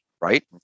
right